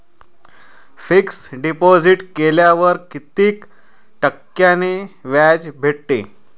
Fix deposit केल्यावर कितीक टक्क्यान व्याज भेटते?